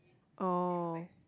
oh